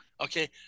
Okay